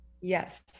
yes